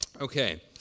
Okay